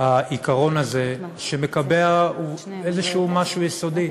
העיקרון הזה, שמקבע משהו יסודי: